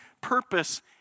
purpose